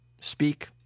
speak